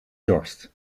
dorst